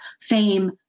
fame